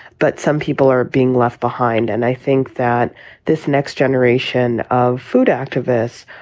but some people are being left behind. and i think that this next generation of food activists,